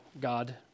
God